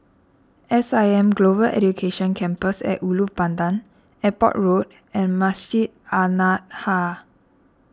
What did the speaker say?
S I M Global Education Campus at Ulu Pandan Airport Road and Masjid An Nahdhah